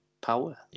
power